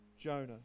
Jonah